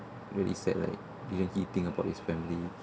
really sad like didn't he think about his family